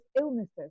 illnesses